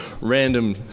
random